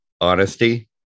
honesty